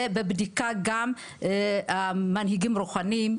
ובבדיקה גם המנהיגים הרוחניים,